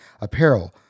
apparel